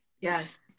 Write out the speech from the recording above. yes